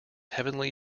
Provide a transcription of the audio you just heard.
heavenly